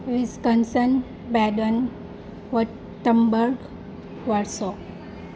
Wisconsin Baden Wurttemberg Warsaw